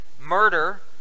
murder